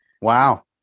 Wow